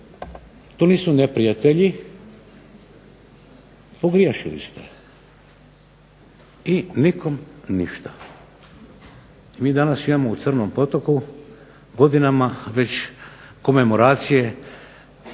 to nisu neprijatelji, pogriješili ste. I nikom ništa. Mi danas imamo u Crnom potoku godinama već komemoracije